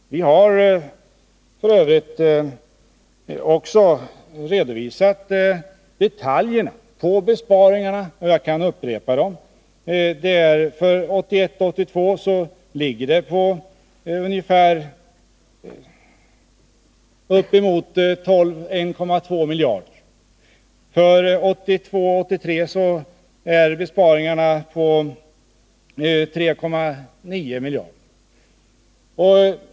Vi har f. ö. också redovisat detaljerna i fråga om besparingarna, och jag kan upprepa dem. För 1981 83 är besparingarna på 3,9 miljarder.